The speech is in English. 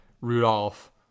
Rudolph